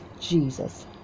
Jesus